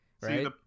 Right